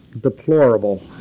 deplorable